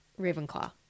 Ravenclaw